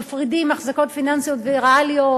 מפרידים אחזקות פיננסיות וריאליות,